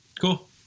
cool